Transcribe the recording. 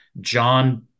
John